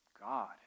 God